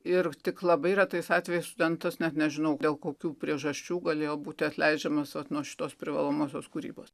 ir tik labai retais atvejais studentas nes nežinau dėl kokių priežasčių galėjo būti atleidžiamas vat nuo šitos privalomosios kūrybos